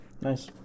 Nice